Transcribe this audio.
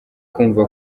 kumva